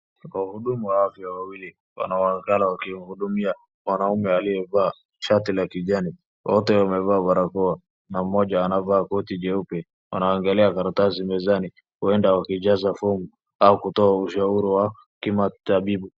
Wahudumu wa afya wawili wanaoonekana wakihudumia mwanaume aliyevaa shati la kijani. Wote wamevaa barakoa na mmoja anavaa koti jeupe. Wanaangalia karatasi mezani huenda wakijaza fomu au kutoa ushauri wa kimatibabu.